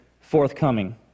forthcoming